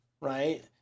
right